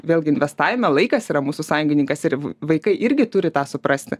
vėlgi investavime laikas yra mūsų sąjungininkas ir vaikai irgi turi tą suprasti